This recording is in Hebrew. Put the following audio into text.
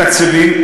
מתקצבים.